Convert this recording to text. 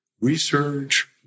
research